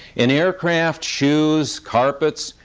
in aircraft, shoes, carpets,